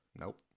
Nope